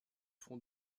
front